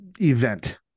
event